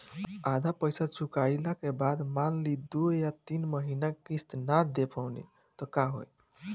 आधा पईसा चुकइला के बाद मान ली दो या तीन महिना किश्त ना दे पैनी त का होई?